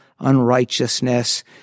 unrighteousness